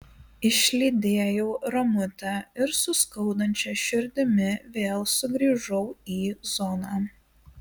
išlydėjau ramutę ir su skaudančia širdimi vėl sugrįžau į zoną